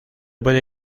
puede